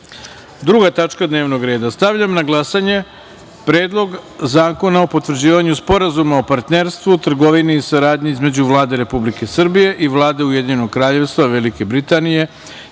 tačka dnevnog reda – Stavljam na glasanje Predlog zakona o potvrđivanju Sporazuma o partnerstvu, trgovini i saradnji između Vlade Republike Srbije i Vlade Ujedinjenog Kraljevstva Velike Britanije